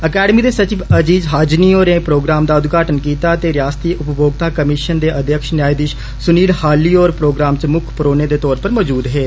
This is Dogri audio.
अकैडमी दे सचिव अजीत हाजिनी होरें प्रोग्राम दा उदघाटन कीता ते रियास्ती उपभोक्ता कमीष्न दे अध्यक्ष न्यायधीष सुनील हाली होर प्रोग्राम च मुक्ख परौहने दे तौर पर मौजदू हे